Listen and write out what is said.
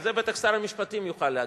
על זה בטח שר המשפטים יוכל להגיד.